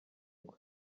kwe